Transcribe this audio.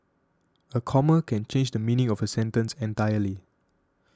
a comma can change the meaning of a sentence entirely